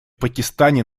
пакистане